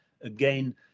again